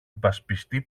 υπασπιστή